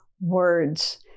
words